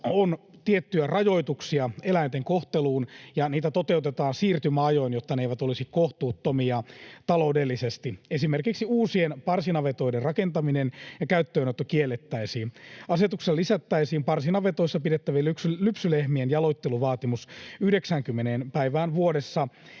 on tiettyjä rajoituksia eläinten kohteluun, ja niitä toteutetaan siirtymäajoin, jotta ne eivät olisi kohtuuttomia taloudellisesti. Esimerkiksi uusien parsinavetoiden rakentaminen ja käyttöönotto kiellettäisiin. Asetuksella lisättäisiin parsinavetoissa pidettävien lypsylehmien jaloitteluvaatimus 90 päivään vuodessa.